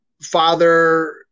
father